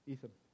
Ethan